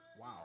Wow